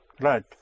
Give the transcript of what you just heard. Right